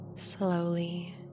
Slowly